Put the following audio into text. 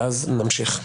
ואז נמשיך.